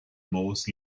most